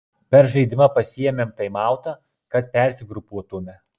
per žaidimą pasiėmėm taimautą kad persigrupuotume